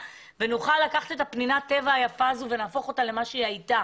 ונוכל לקחת את פנינת הטבע היפה הזו ולהפוך אותה למה שהיא הייתה.